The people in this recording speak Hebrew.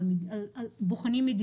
כמסוכנים,